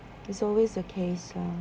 it's always a case lah